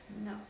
No